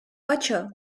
ocho